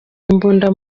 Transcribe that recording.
imbunda